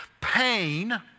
pain